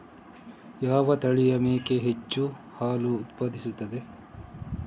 ಯಾವ ತಳಿಯ ಮೇಕೆ ಹೆಚ್ಚು ಹಾಲು ಉತ್ಪಾದಿಸುತ್ತದೆ?